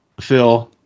Phil